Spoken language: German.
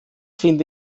finde